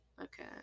Okay